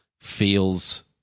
feels